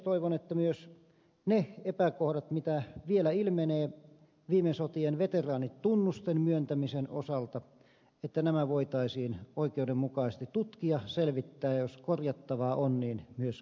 toivon että myös ne epäkohdat mitä vielä ilmenee viime sotien veteraanitunnusten myöntämisen osalta voitaisiin oikeudenmukaisesti tutkia selvittää ja jos korjattavaa on niin myös korjata